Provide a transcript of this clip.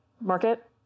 market